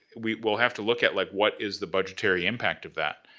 we'll we'll have to look at like what is the budgetary impact of that.